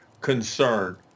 concern